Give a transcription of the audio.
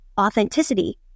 authenticity